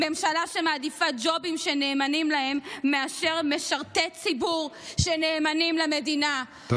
ממשלה שמעדיפה ג'ובים של נאמנים להם מאשר משרתי ציבור שנאמנים למדינה,